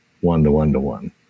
one-to-one-to-one